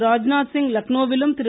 Rajnath Singh லக்னௌவிலும் Thiru